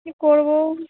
এই করব